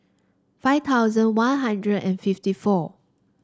five thousand One Hundred and fifty four